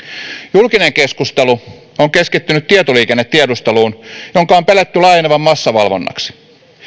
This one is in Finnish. julkinen keskustelu on keskittynyt tietoliikennetiedusteluun jonka on pelätty laajenevan massavalvonnaksi